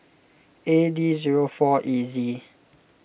A D zero four E Z